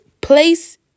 place